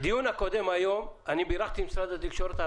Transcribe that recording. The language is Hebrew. בדיון הקודם בירכתי את משרד התקשורת.